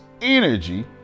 energy